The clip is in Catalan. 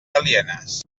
alienes